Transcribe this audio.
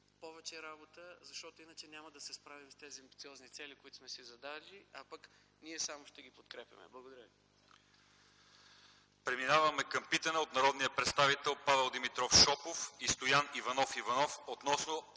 повече работа, защото иначе няма да се справим с тези амбициозни цели, които сме си поставили, а пък ние само ще ги подкрепяме. Благодаря ви. ПРЕДСЕДАТЕЛ ЛЪЧЕЗАР ИВАНОВ: Преминаваме към питане от народните представители Павел Димитров Шопов и Стоян Иванов Иванов относно